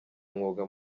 umwuga